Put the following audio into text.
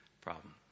problem